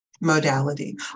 modality